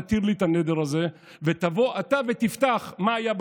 תתיר לי את הנדר הזה ותבוא אתה ותפתח מה היה בפגישה,